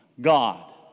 God